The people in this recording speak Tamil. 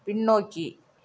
பின்னோக்கி